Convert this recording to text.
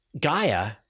Gaia